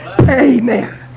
Amen